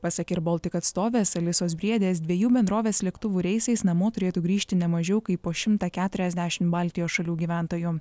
pasak air baltic atstovės alisos briedės dviejų bendrovės lėktuvų reisais namo turėtų grįžti ne mažiau kaip po šimtą keturiadešim baltijos šalių gyventojų